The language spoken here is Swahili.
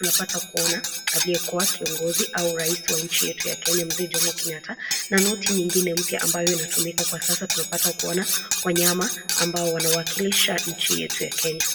unapata kuona aliye kuwa kiongozi au raisi wa nchi yetu ya Kenya Mzee Jomo Kenyatta na noti ingine mpya ambayo inatumika kwa sasa tunapata Kuona wanyama ambao wanahakilisha nchi yetu ya Kenya.